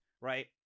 right